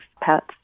pets